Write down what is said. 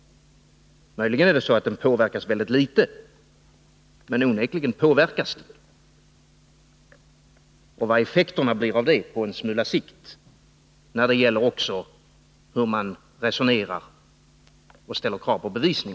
Möjligen är det så att den påverkas mycket litet, men onekligen påverkas den. Och Bertil Lidgard har inte heller kommenterat vad effekterna av detta blir på en smula sikt. Det gäller också i fråga om hur man resonerar och ställer krav på bevisning.